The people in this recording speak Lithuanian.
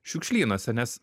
šiukšlynuose nes